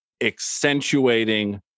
accentuating